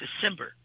december